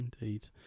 Indeed